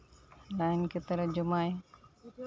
ᱞᱟᱹᱭᱤᱱ ᱠᱟᱛᱮᱫ ᱡᱚᱢᱟᱭ